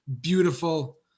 beautiful